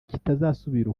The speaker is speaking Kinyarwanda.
kitazasubira